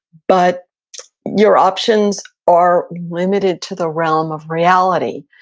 but your options are limited to the realm of reality.